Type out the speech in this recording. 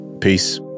Peace